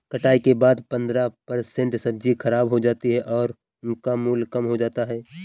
कटाई के बाद पंद्रह परसेंट सब्जी खराब हो जाती है और उनका मूल्य कम हो जाता है